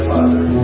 Father